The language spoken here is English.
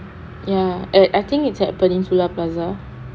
ya and I think it's at peninsula plaza